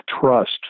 trust